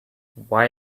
why